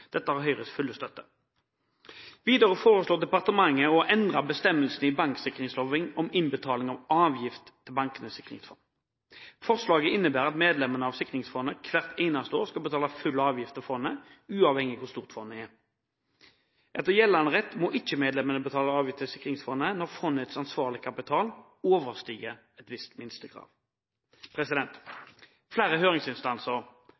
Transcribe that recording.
Dette har Høyres fulle støtte. Videre foreslår departementet å endre bestemmelsene i banksikringsloven om innbetaling av avgift til Bankenes sikringsfond. Forslaget innebærer at medlemmene av sikringsfondet hvert eneste år skal betale full avgift til fondet, uavhengig av hvor stort fondet er. Etter gjeldende rett må ikke medlemmene betale avgift til sikringsfondet når fondets ansvarlige kapital overstiger et visst